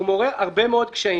הוא מעורר הרבה מאוד קשיים.